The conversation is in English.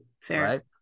Fair